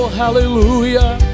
hallelujah